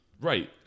Right